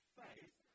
faith